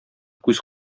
күз